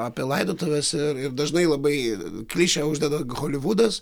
apie laidotuves ir ir dažnai labai klišę uždeda holivudas